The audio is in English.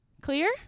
Clear